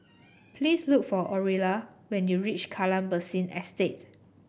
please look for Orilla when you reach Kallang Basin Estate